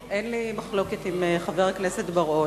אין לי מחלוקת עם חבר הכנסת בר-און,